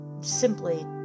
simply